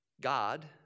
God